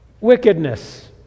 wickedness